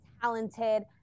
talented